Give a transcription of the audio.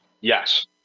yes